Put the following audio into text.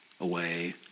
away